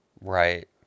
Right